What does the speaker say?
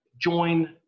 join